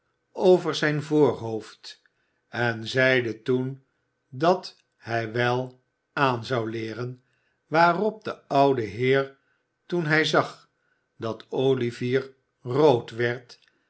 over zijn voorhoofd en zeide toen dat hij wel aan zou leeren waarop de oude heer toen hij zag dat olivier rood werd